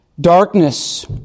darkness